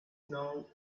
known